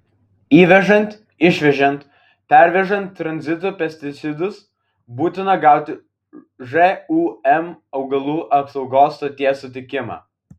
įvežant išvežant pervežant tranzitu pesticidus būtina gauti žūm augalų apsaugos stoties sutikimą